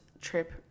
trip